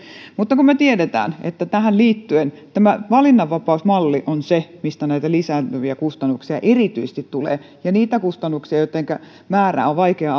mutta me tiedämme että tähän liittyen tämä valinnanvapausmalli on se mistä näitä lisääntyviä kustannuksia erityisesti tulee ja niitä kustannuksia joittenka määrää on vaikea